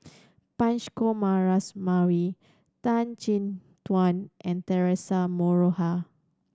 Punch Coomaraswamy Tan Chin Tuan and Theresa Noronha